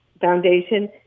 Foundation